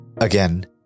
Again